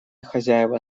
хозяева